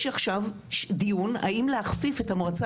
יש עכשיו דיון האם להכפיף את המועצה